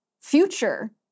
future